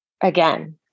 Again